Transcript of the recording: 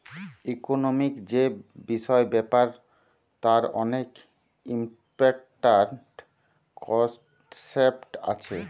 economic যে বিষয় ব্যাপার তার অনেক ইম্পরট্যান্ট কনসেপ্ট আছে